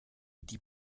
die